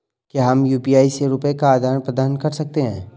क्या हम यू.पी.आई से रुपये का आदान प्रदान कर सकते हैं?